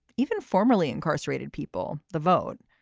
even formerly incarcerated people the vote,